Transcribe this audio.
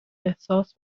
احساس